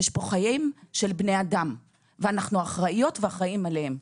יש פה חיים של בני אדם ואנחנו אחראיות ואחראיים עליהם.